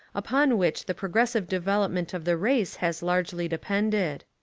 upon which the progressive develop ment of the race has largely depended.